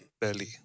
Belly